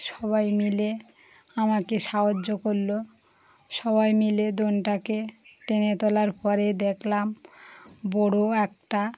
সবাই মিলে আমাকে সাহায্য করলো সবাই মিলে দোনটাকে টেনে তোলার পরে দেখলাম বড়ো একটা